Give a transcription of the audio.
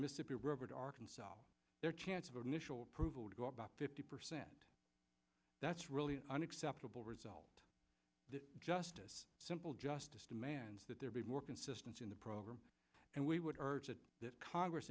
mississippi river to arkansas their chance of initial approval would go about fifty percent that's really an unacceptable result justice simple justice demands that there be more consistency in the program and we would urge that congress